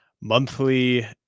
monthly